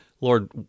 Lord